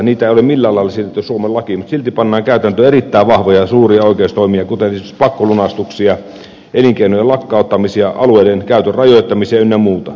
niitä ei ole millään lailla siirretty suomen lakiin mutta silti pannaan käytäntöön erittäin vahvoja ja suuria oikeustoimia kuten esimerkiksi pakkolunastuksia elinkeinojen lakkauttamisia alueiden käytön rajoittamisia ynnä muuta